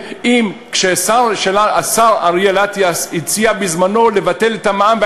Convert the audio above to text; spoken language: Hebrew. כשהשר אריאל אטיאס הציע בזמנו לבטל את המע"מ,